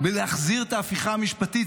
בלהחזיר את ההפיכה המשפטית?